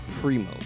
primo